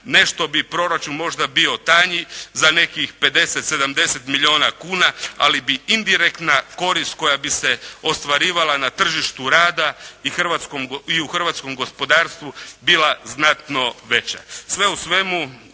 nešto bi proračun možda bio tanji za nekih 50, 70 milijuna kuna, ali bi indirektna korist koja bi se ostvarivala na tržištu rada i u hrvatskom gospodarstvu bila znatno veća.